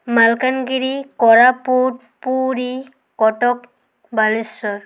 Malkangiri Koraput Puri Cuttack Balasore